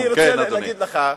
אני רוצה להגיד לך,